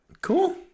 cool